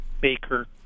Baker